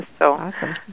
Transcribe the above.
awesome